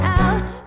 out